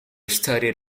studied